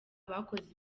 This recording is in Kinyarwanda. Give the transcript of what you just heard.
bakoze